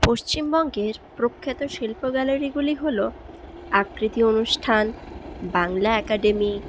পশ্চিমবঙ্গের প্রখ্যাত শিল্প গ্যালারিগুলি হল আকৃতি অনুষ্ঠান বাংলা অ্যাকাডেমি